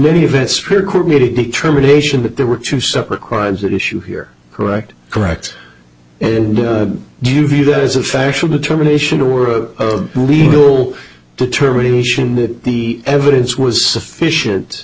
a determination that there were two separate crimes that issue here correct correct and do you view that as a factual determination or a legal determination that the evidence was sufficient